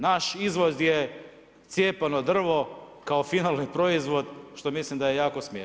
Naš izvoz je cijepano drvo kao finalni proizvod što mislim da je jako bitno.